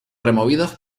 removidos